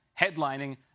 headlining